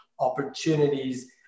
opportunities